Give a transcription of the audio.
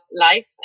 life